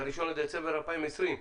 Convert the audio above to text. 1 בדצמבר 2020,